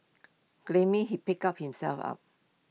grimly he picked up himself up